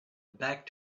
back